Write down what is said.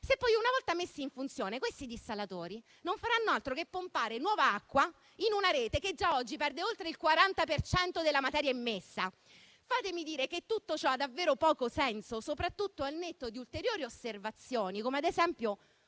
se poi una volta messi in funzione questi dissalatori non faranno altro che pompare nuova acqua in una rete che già oggi perde oltre il 40 per cento della materia immessa? Fatemi dire che tutto ciò ha davvero poco senso, soprattutto al netto di ulteriori osservazioni, come ad esempio